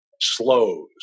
slows